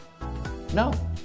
No